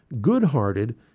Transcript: good-hearted